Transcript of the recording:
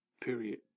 Period